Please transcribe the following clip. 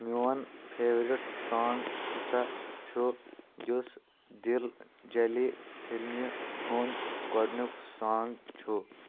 میون favourite song ہسا چھُ یُس دِلجٔلِی فِلمہِ ہنٛد گۄڈٕنیُک سانٛگ چھُ